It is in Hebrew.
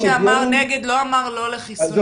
מי שאמר נגד לא אמר "לא" לחיסונים.